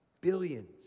billions